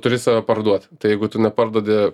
turi save parduot tai jeigu tu neparduodi